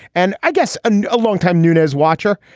and i guess and a long time nunez watcher.